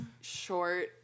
short